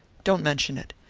don't mention it.